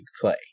play